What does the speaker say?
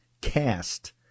cast